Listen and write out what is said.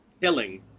killing